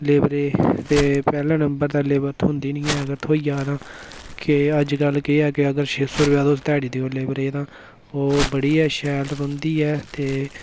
लेबरै ते पैहले नंबर ते लेबर थ्होंदी निं ऐ अगर थ्होई जा तां केह् ऐ अजकल केह् ऐ के अगर छे सौ रपेआ तुस ध्याड़ी देओ लेबरै दी तां ओह् बड़ी गै शैल रौहंदी ऐ ते